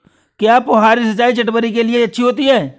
क्या फुहारी सिंचाई चटवटरी के लिए अच्छी होती है?